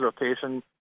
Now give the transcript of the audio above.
rotation